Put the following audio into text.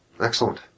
Excellent